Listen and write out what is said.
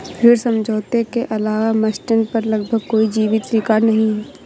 ऋण समझौते के अलावा मास्टेन पर लगभग कोई जीवित रिकॉर्ड नहीं है